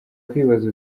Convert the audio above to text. kwibaza